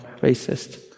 racist